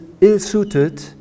ill-suited